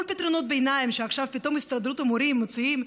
כל פתרונות הביניים שעכשיו פתאום הסתדרות המורים מוציאה,